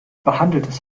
behandeltes